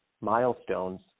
milestones